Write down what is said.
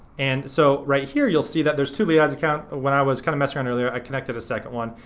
and so, right here you'll see that there's two lead ads account. when i was kind of messing around earlier i connected a second one.